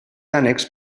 ànecs